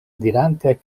dirante